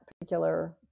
particular